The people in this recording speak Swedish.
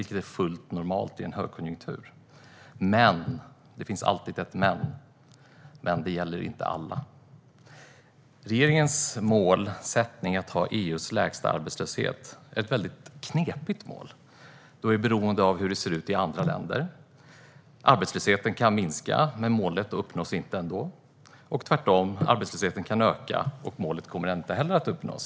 Detta är fullt normalt i en högkonjunktur, men - det finns alltid ett "men" - det gäller inte alla. Regeringens målsättning är att ha EU:s lägsta arbetslöshet, vilket är ett väldigt knepigt mål eftersom vi är beroende av hur det ser ut i andra länder. Arbetslösheten kan minska utan att målet uppnås. Det kan även bli tvärtom så att vi uppnår målet trots att arbetslösheten ökar. Herr talman!